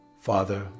Father